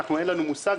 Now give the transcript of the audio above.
אין לנו מושג,